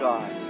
God